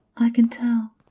i can tell.